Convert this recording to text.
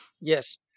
Yes